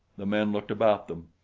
the men looked about them.